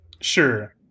sure